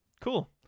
cool